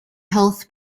health